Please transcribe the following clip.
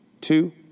two